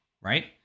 right